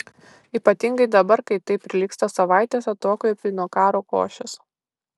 ypatingai dabar kai tai prilygsta savaitės atokvėpiui nuo karo košės